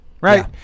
Right